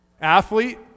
Athlete